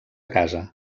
casa